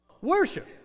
Worship